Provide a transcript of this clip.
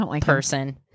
person